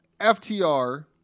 FTR